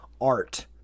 art